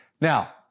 Now